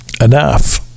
enough